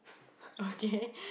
okay